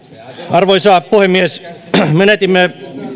arvoisa puhemies menetimme